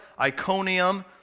Iconium